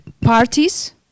parties